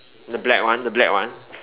the black one the black one